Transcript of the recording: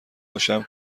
باشم